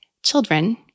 children